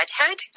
redhead